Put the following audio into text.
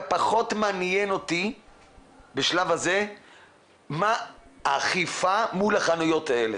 ופחות מעניין אותי בשלב הזה מה האכיפה מול החנויות האלה.